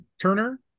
Turner